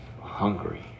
hungry